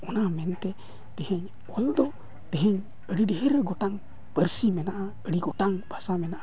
ᱚᱱᱟ ᱢᱮᱱᱛᱮ ᱛᱤᱦᱤᱧ ᱚᱞᱫᱚ ᱛᱤᱦᱤᱧ ᱟᱹᱰᱤ ᱰᱷᱮᱨ ᱜᱚᱴᱟᱝ ᱯᱟᱹᱨᱥᱤ ᱢᱮᱱᱟᱜᱼᱟ ᱟᱹᱰᱤ ᱜᱚᱴᱟᱝ ᱵᱷᱟᱥᱟ ᱢᱮᱱᱟᱜᱼᱟ